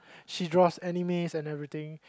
she draws animes and everything